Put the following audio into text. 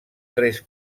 tres